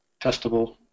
testable